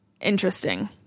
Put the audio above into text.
interesting